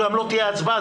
גם לא תהיה הצבעה,